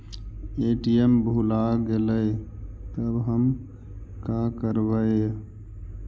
ATM भुला गेलय तब हम काकरवय?